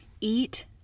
eat